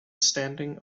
standing